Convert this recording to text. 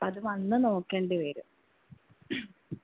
അത് വന്ന് നോക്കേണ്ടി വരും